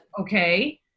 okay